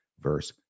verse